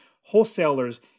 wholesalers